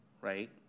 right